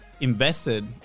invested